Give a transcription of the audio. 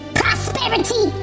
prosperity